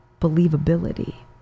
believability